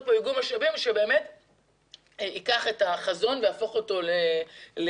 כאן איגום משאבים שייקח את החזון ויהפוך אותו לפתרון